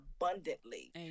abundantly